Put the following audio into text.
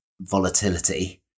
volatility